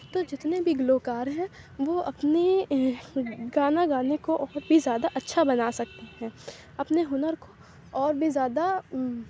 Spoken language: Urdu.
تو جتنے بھی گلوکار ہیں وہ اپنی گانا گانے کو اور بھی زیادہ اچھا بنا سکتے ہیں اپنے ہنر کو اور بھی زیادہ